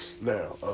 Now